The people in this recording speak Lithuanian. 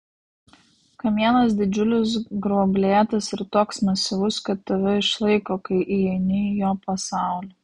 kamienas didžiulis gruoblėtas ir toks masyvus kad tave išlaiko kai įeini į jo pasaulį